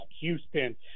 houston